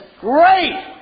great